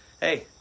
hey